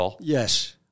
yes